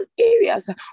areas